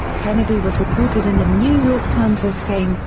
kennedy was reported in the new york times as saying,